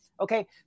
Okay